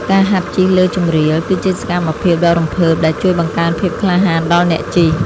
ការហាត់ជិះលើជម្រាល គឺជាសកម្មភាពដ៏រំភើបដែលជួយបង្កើនភាពក្លាហានដល់អ្នកជិះ។